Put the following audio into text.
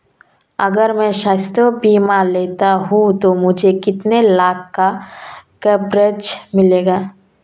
अगर मैं स्वास्थ्य बीमा लेता हूं तो मुझे कितने लाख का कवरेज मिलेगा?